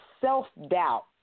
self-doubt